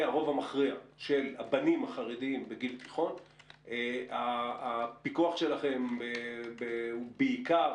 הרוב המכריע של הבנים החרדיים בגיל תיכון הפיקוח שלכם הוא בעיקר